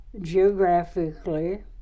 geographically